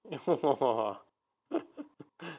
!whoa!